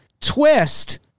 twist